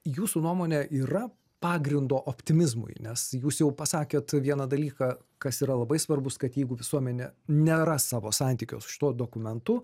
jūsų nuomone yra pagrindo optimizmui nes jūs jau pasakėt vieną dalyką kas yra labai svarbus kad jeigu visuomenė nėra savo santykio su šituo dokumentu